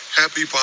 happy